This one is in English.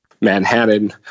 Manhattan